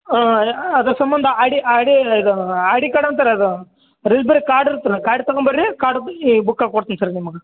ಅದ್ರ ಸಂಬಂಧ I D I D ಇದು ಐ ಡಿ ಕಾರ್ಡ್ ಅಂತಾರೆ ಅದು ರೈಬ್ರೆರಿ ಕಾರ್ಡ್ ಇರುತ್ತಲ ಕಾರ್ಡ್ ತೊಗೊಂಬನ್ರೀ ಕಾರ್ಡ್ ಈ ಬುಕ್ಕ ಕೊಡ್ತೀನಿ ಸರ್ ನಿಮಗೆ